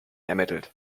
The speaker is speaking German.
ermittelt